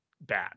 bad